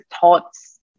thoughts